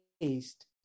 based